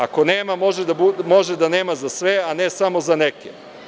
Ako nema, može da nema za sve, a ne samo za neke.